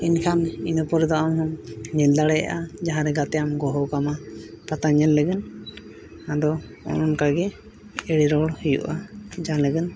ᱮᱱᱠᱷᱟᱱ ᱤᱱᱟᱹ ᱯᱚᱨᱮ ᱫᱚ ᱟᱨᱦᱚᱢ ᱧᱮᱞ ᱫᱟᱲᱮᱭᱟᱜᱼᱟ ᱡᱟᱦᱟᱸ ᱞᱮᱠᱟᱛᱮ ᱟᱢ ᱠᱚ ᱦᱚᱦᱚᱣ ᱟᱠᱟᱫ ᱢᱮᱭᱟ ᱯᱟᱛᱟ ᱧᱮᱞ ᱞᱟᱹᱜᱤᱫ ᱟᱫᱚ ᱚᱱᱠᱟᱜᱮ ᱮᱲᱮ ᱨᱚᱲ ᱦᱩᱭᱩᱜᱼᱟ ᱡᱟᱦᱟᱸ ᱞᱟᱹᱜᱤᱫ